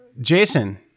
Jason